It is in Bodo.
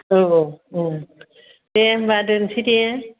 औ उम दे होमबा दोनसैदे